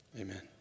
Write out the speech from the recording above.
Amen